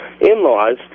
in-laws